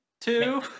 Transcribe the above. two